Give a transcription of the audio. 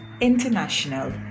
International